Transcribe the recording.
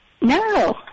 No